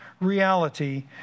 reality